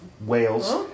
Wales